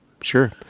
Sure